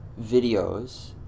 videos